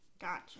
Gotcha